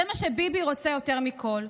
זה מה שביבי רוצה יותר מכול,